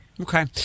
Okay